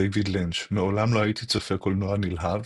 דיוויד לינץ' מעולם לא הייתי צופה קולנוע נלהב,